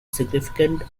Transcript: significant